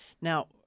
Now